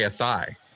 ASI